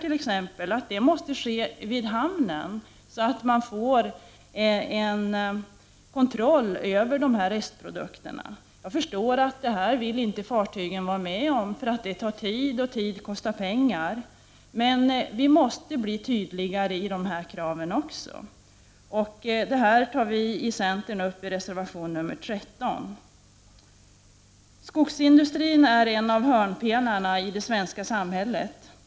Man kan kräva att detta sker vid hamnen, så att man får kontroll över dessa restprodukter. Jag förstår att man på fartygen inte vill vara med om det här, eftersom det tar tid och tid kostar pengar. Men vi måste bli tydligare i även dessa krav. Denna fråga tas upp av centern i reservation 13. Skogsindustrin är en av hörnpelarna i det svenska samhället.